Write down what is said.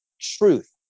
truth